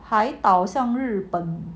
海岛像日本